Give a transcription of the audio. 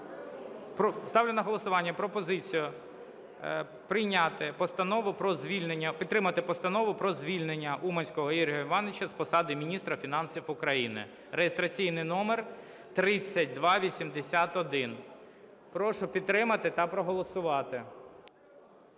про звільнення… підтримати Постанову про звільнення Уманського Ігоря Івановича з посади Міністра фінансів України (реєстраційний номер 3281). Прошу підтримати та проголосувати.